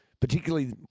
particularly